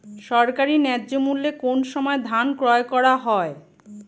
সরকারি ন্যায্য মূল্যে কোন সময় ধান ক্রয় করা হয়?